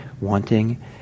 wanting